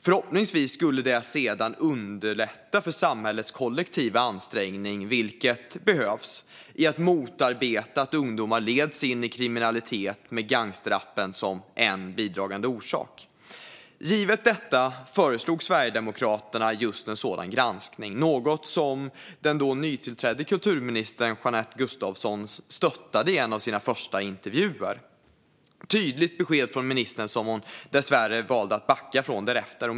Förhoppningsvis skulle det sedan underlätta för samhällets kollektiva ansträngning, vilket behövs, att motarbeta att ungdomar leds in i kriminalitet med gangsterrappen som en bidragande orsak. Givet detta föreslog Sverigedemokraterna just en sådan granskning, något som den då nytillträdda kulturministern Jeanette Gustafsson stöttade i en av sina första intervjuer. Det var ett tydligt besked från ministern som hon dessvärre valde att backa från därefter.